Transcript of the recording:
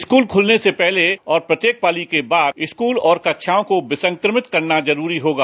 school खुलने से पहले और प्रत्येक पाली के बाद स्कूल और कक्षाओं को विसंक्रमित करना जरूरी होगा